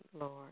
Lord